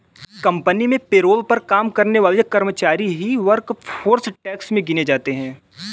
company में payroll पर काम करने वाले कर्मचारी ही वर्कफोर्स टैक्स में गिने जाते है